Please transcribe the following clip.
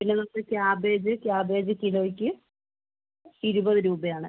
പിന്നെ നമുക്ക് cabbage cabbage കിലോയ്ക്ക് ഇരുപത് രൂപയാണ്